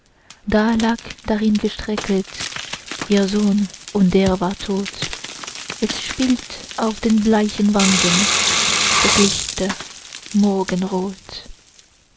da lag dahingestrecket ihr sohn und der war tot es spielt auf den bleichen wangen das lichte morgenrot